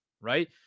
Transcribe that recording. right